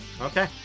Okay